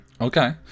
Okay